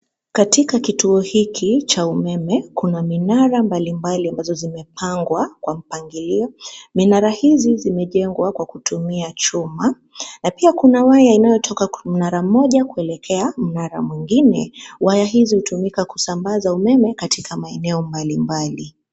Katika kituo hiki cha umeme kuna minara mbali mbali ambazo zimepangwa, kwa mpangilio, minara hizi zimejengwa kwa kutumia chuma, na pia kuna waya inayotoka kwa mnara mmoja kuelekea mnara mwingine, waya hizi hutumika kusambaza umeme katika maeneo mbali mbali.